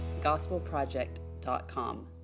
gospelproject.com